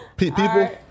People